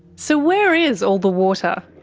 so where is all the water?